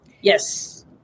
Yes